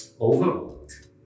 overworked